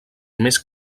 més